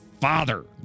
father